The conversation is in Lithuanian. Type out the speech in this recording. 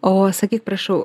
o sakyk prašau